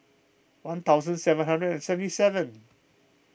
one thousand seven hundred and seventy seven